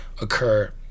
occur